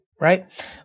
right